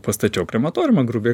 pastačiau krematoriumą grubiai